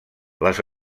les